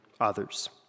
others